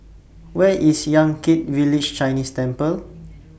Where IS Yan Kit Village Chinese Temple